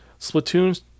Splatoon